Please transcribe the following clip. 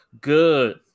Good